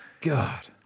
God